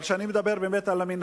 אבל כשאני מדבר על המינהל,